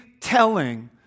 telling